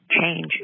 change